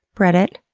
breadit.